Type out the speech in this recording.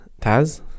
Taz